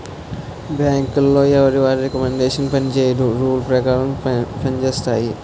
బ్యాంకులో ఎవరి రికమండేషన్ పనిచేయదు రూల్ పేకారం పంజేత్తాయి